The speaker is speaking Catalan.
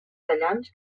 tallants